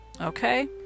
okay